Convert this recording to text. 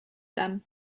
them